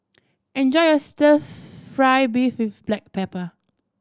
enjoy your Stir Fry beef with black pepper